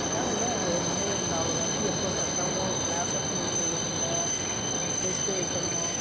என்னால் இதை இதை நம்பவே முடில அவர் வந்து எப்போ பார்த்தாலும் கிளாஸ் ஒர்க்கு நோட்டு எழுதுணும் டெஸ்ட்டு வைக்கணும்